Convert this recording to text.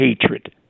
hatred